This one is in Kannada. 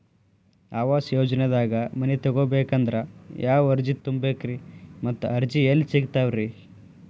ಆವಾಸ ಯೋಜನೆದಾಗ ಮನಿ ತೊಗೋಬೇಕಂದ್ರ ಯಾವ ಅರ್ಜಿ ತುಂಬೇಕ್ರಿ ಮತ್ತ ಅರ್ಜಿ ಎಲ್ಲಿ ಸಿಗತಾವ್ರಿ?